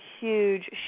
huge